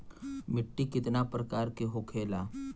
मिट्टी कितना प्रकार के होखेला?